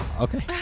Okay